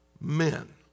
men